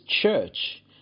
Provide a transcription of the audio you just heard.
church